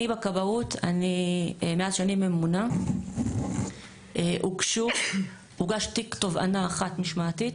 מאז שאני ממונה הוגש תיק תובעה משמעתית